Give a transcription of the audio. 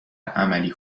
عملی